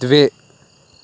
द्वे